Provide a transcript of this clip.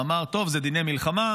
ואמר: טוב, זה דיני מלחמה.